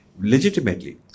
legitimately